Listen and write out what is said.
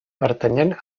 pertanyent